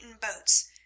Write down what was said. boats